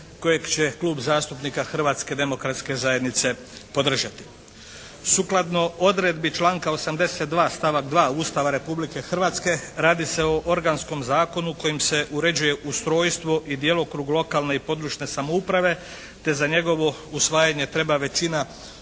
kojeg će Klub zastupnika Hrvatske demokratske zajednice podržati. Sukladno odredbi članka 82. stavak 2. Ustava Republike Hrvatske radi se o organskom zakonu kojim se uređuje ustrojstvo i djelokrug lokalne i područne samouprave te za njegovo usvajanje treba većina